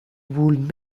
would